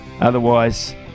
Otherwise